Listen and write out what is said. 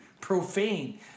profane